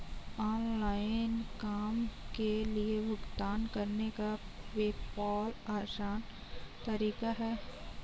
online काम के लिए भुगतान करने का पेपॉल आसान तरीका है